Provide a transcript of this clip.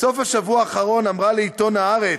בסוף השבוע האחרון אמרה לעיתון "הארץ",